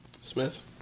Smith